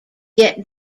get